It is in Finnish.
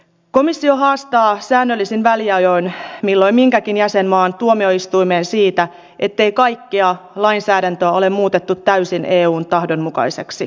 komissio haastaa säännöllisin väliajoin milloin minkäkin jäsenmaan tuomioistuimeen siitä ettei kaikkea lainsäädäntöä ole muutettu täysin eun tahdon mukaiseksi